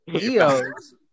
EO's